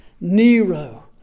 Nero